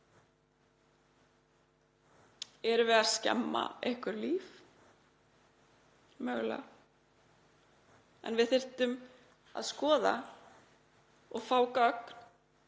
Erum við að skemma einhver líf? Mögulega. En við þyrftum að skoða það og fá gögn: